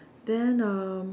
then um